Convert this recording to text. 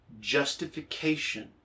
justification